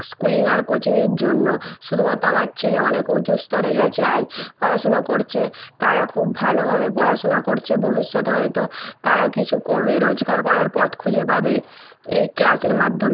schooling আর কোচিংয়ের জন্য শুধুমাত্র আমার ছেলে অনেক উঁচু স্তরে গেছে আজ পড়াশুনো করচে তারা খুব ভালোভাবে পড়াশুনা করছে ভবিষ্যতে হয়তো তারা কিছু করবে রোজগার করার পথ খুঁজে পাবে এই ক্লাসের মাধ্যম